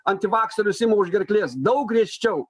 antivakserius ima už gerklės daug griežčiau